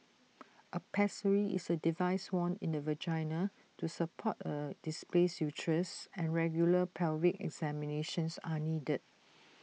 A pessary is A device worn in the vagina to support A displaced uterus and regular pelvic examinations are needed